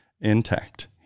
intact